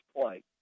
play